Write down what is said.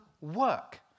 work